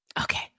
Okay